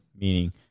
meaning